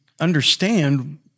understand